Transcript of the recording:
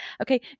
Okay